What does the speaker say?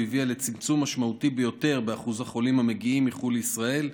היא הביאה לצמצום משמעותי ביותר באחוז החולים המגיעים מחו"ל לישראל.